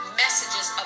messages